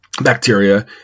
bacteria